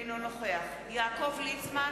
אינו נוכח יעקב ליצמן,